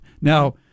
Now